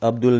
अब्दूल